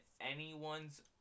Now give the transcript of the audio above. anyone's